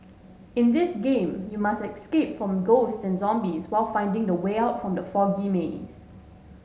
in this game you must escape from ghosts and zombies while finding the way out from the foggy maze